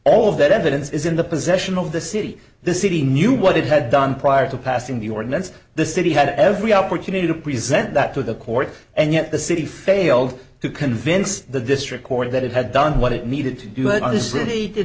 all of that evidence is in the possession of the city the city knew what it had done prior to passing the ordinance the city had every opportunity to present that to the court and yet the city failed to convince the district court that it had done what it needed to do in this